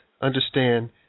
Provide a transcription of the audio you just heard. understand